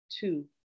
Two